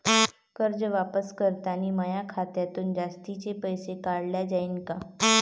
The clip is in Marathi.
कर्ज वापस करतांनी माया खात्यातून जास्तीचे पैसे काटल्या जाईन का?